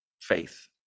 faith